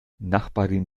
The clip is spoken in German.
nachbarin